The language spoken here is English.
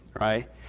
right